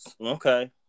Okay